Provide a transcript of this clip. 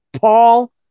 Paul